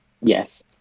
Yes